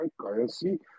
currency